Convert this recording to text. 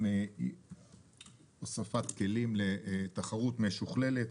גם הוספת כלים לתחרות משוכללת